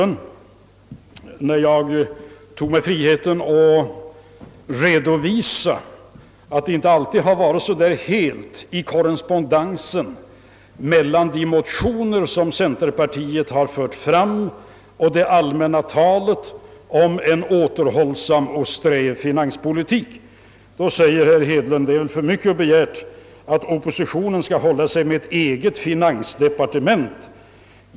När jag tog mig friheten att redovisa att det inte alltid har varit så helt med korrespondensen mellan de motioner som centerpartiet fört fram och det allmänna talet från partiets sida om en återhållsam och sträv finanspolitik, sade herr Hedlund att det är för mycket begärt att oppositionen skall hålla sig med ett eget finansdepartement.